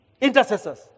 intercessors